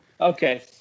Okay